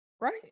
Right